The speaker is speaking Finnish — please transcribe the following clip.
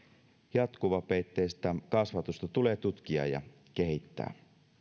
jatkuvapeitteistä kasvatusta tulee tutkia ja kehittää